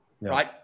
Right